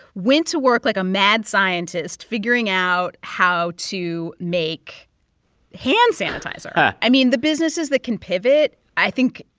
went to work like a mad scientist figuring out how to make hand sanitizer. i mean, the businesses that can pivot, i think,